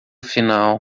final